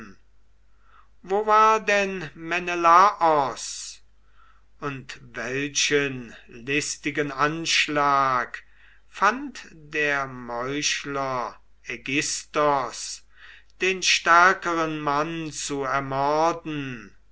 wo war denn menelaos und welchen listigen anschlag fand der meuchler aigisthos den stärkeren mann zu ermorden